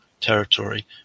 territory